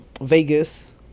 Vegas